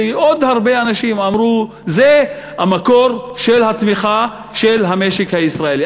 ועוד הרבה אנשים אמרו: זה המקור של הצמיחה של המשק הישראלי.